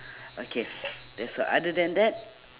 okay that's all other than that